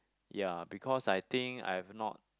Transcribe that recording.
ya because I think I've not